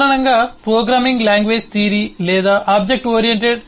సాధారణంగా programming language theory లేదా object oriented